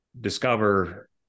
discover